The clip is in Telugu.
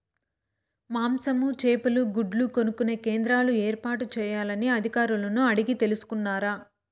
మాంసము, చేపలు, గుడ్లు కొనుక్కొనే కేంద్రాలు ఏర్పాటు చేయాలని అధికారులను అడిగి తెలుసుకున్నారా?